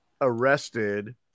arrested